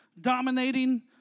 dominating